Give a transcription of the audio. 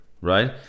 right